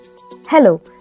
Hello